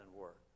work